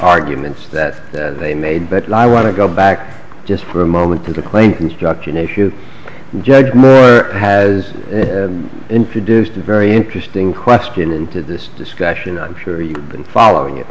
arguments that they made but i want to go back just for a moment to claim construction if you judge murray has introduced a very interesting question into this discussion i'm sure you've been following it